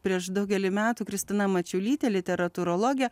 prieš daugelį metų kristina mačiulytė literatūrologė